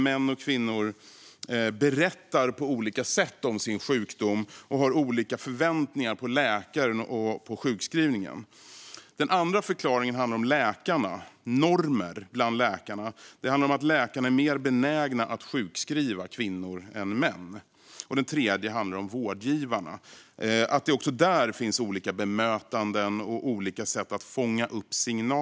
Män och kvinnor berättar alltså på olika sätt om sin sjukdom och har olika förväntningar på läkaren och på sjukskrivningen. Den andra förklaringen handlar om läkarna och om normer bland dem. Läkare är mer benägna att sjukskriva kvinnor än män. Den tredje handlar om vårdgivarna och att det också där finns olika bemötanden och olika sätt att fånga upp signaler.